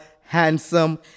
handsome